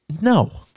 No